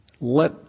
let